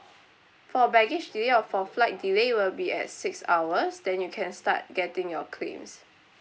for baggage delay or for flight delay will be at six hours then you can start getting your claims